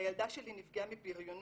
הילדה שלי נפגעה מבריונות,